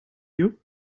you